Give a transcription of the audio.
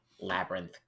labyrinth